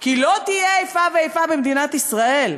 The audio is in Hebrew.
כי "לא תהיה איפה ואיפה במדינת ישראל".